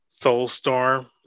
Soulstorm